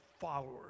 followers